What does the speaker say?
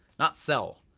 not sell.